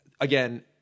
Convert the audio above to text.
again